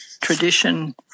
tradition